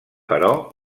però